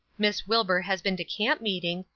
miss wilbur has been to camp-meeting,